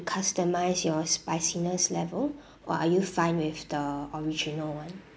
customize your spiciness level or are you fine with the original one